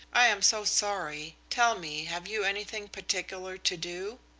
i am so sorry. tell me, have you anything particular to do?